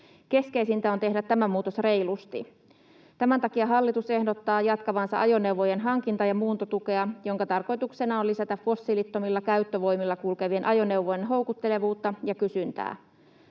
Keskeisintä on tehdä tämä muutos reilusti. Tämän takia hallitus ehdottaa jatkavansa ajoneuvojen hankinta- ja muuntotukea, jonka tarkoituksena on lisätä fossiilittomilla käyttövoimilla kulkevien ajoneuvojen houkuttelevuutta ja kysyntää.